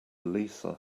lisa